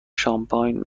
شامپاین